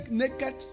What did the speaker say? naked